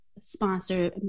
sponsor